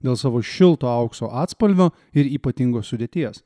dėl savo šilto aukso atspalvio ir ypatingos sudėties